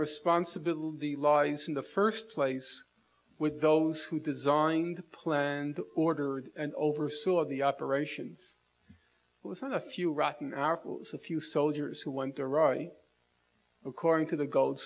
responsibility lies in the first place with those who designed planned ordered and oversaw the operations within a few rotten apples a few soldiers who went there roy according to the gold